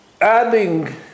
adding